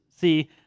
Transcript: see